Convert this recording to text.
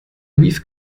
aviv